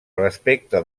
respecte